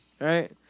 right